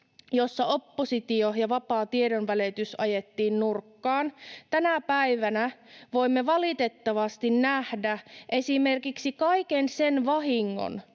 jossa oppositio ja vapaa tiedonvälitys ajettiin nurkkaan. Tänä päivänä voimme valitettavasti nähdä esimerkiksi kaiken sen vahingon,